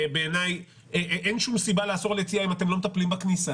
כי בעיניי אין שום סיבה לאסור על יציאה אם אתם לא מטפלים בכניסה.